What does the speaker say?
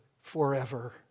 forever